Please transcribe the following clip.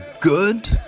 Good